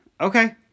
Okay